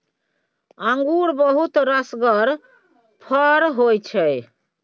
अंगुर बहुत रसगर फर होइ छै